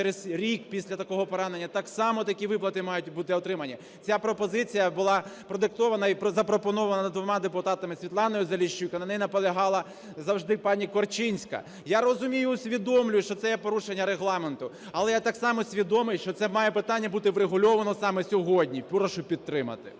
через рік після такого поранення, так само такі виплати мають бути отримані. Ця пропозиція була продиктована і запропонована двома депутатами: Світланою Заліщук і на ній наполягала завжди пані Корчинська. Я розумію, усвідомлюю, що це є порушення Регламенту, але я так само свідомий, що це має питання бути врегульовано саме сьогодні. Прошу підтримати.